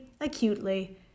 acutely